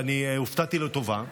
אני הופתעתי לטובה,